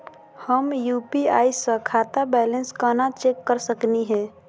हम यू.पी.आई स खाता बैलेंस कना चेक कर सकनी हे?